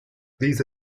these